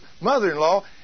mother-in-law